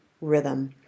rhythm